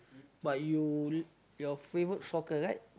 but you your favorite soccer right